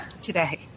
today